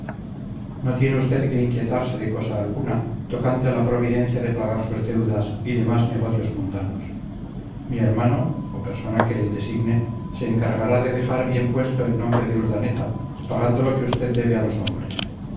no tiene usted que inquietarse de cosa alguna tocante a la providencia de pagar sus deudas y demás negocios mundanos mi hermano o persona que él designe se encargará de dejar bien puesto el nombre de urdaneta pagando lo que usted debe a los hombres